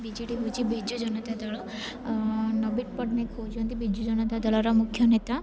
ବି J D ହେଉଛି ବିଜୁ ଜନତା ଦଳ ନବୀନ ପଟ୍ଟନାୟକ ହେଉଛନ୍ତି ବିଜୁ ଜନତା ଦଳର ମୁଖ୍ୟ ନେତା